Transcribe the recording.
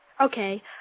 Okay